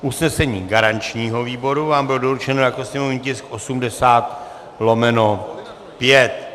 Usnesení garančního výboru bylo doručeno jako sněmovní tisk 80/5.